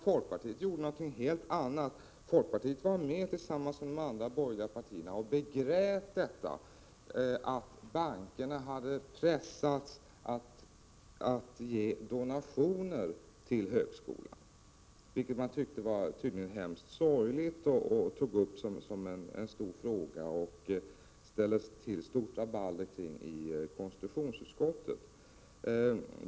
Folkpartiet gjorde något helt annat; tillsammans med de andra borgerliga partierna begrät folkpartiet detta att bankerna hade pressats att göra donationer till högskolan. De tyckte tydligen att det var hemskt sorgligt, och därför tog de upp det som en stor fråga och ställde till ett stort rabalder i konstitutionsutskottet.